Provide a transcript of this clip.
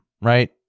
Right